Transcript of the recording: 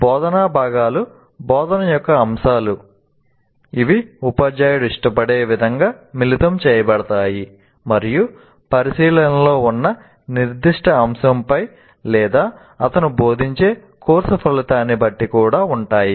బోధనా భాగాలు బోధన యొక్క అంశాలు ఇవి ఉపాధ్యాయుడు ఇష్టపడే విధంగా మిళితం చేయబడతాయి మరియు పరిశీలనలో ఉన్న నిర్దిష్ట అంశంపై లేదా అతను బోధించే కోర్సు ఫలితాన్ని బట్టి కూడా ఉంటాయి